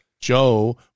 Joe